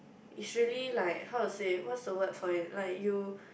is really like how to say what's the word for it like you